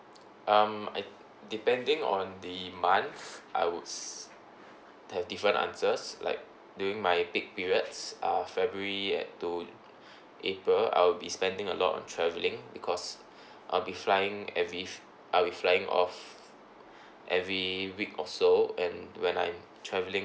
um I depending on the month I would s~ have different answers like during my peak periods uh february and to april I'll be spending a lot on traveling because I'll be flying every I'll be flying off every week or so and when I'm traveling